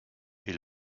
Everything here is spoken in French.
est